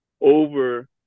over